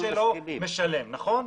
כמו זה שמשלם.